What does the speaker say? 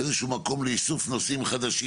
איזשהו מקום לאיסוף נוסעים חדשים,